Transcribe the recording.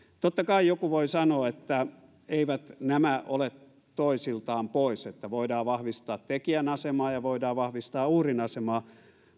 totta kai joku voi sanoa että eivät nämä ole toisiltaan pois että voidaan vahvistaa tekijän asemaa ja voidaan vahvistaa uhrin asemaa